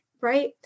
Right